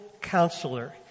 counselor